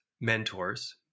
mentors